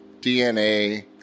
DNA